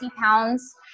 pounds